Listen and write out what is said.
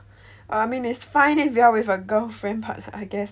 I mean it's fine if you are with a girl friend but I guess